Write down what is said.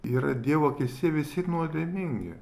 yra dievo akyse visi nuodėmingi